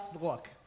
Look